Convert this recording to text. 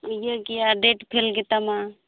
ᱤᱭᱟᱹ ᱜᱮᱭᱟ ᱰᱮᱴ ᱯᱷᱮᱞ ᱜᱮᱛᱟᱢᱟ